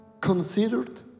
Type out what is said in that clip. considered